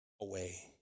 away